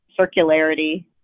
circularity